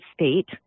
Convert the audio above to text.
state